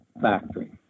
factory